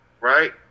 Right